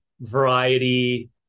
variety